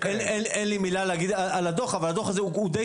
אין לי מילה להגיד על הדוח אבל הדוח הזה הוא די